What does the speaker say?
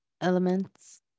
Elements